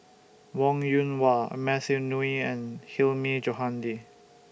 Wong Yoon Wah Matthew Ngui and Hilmi Johandi